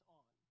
on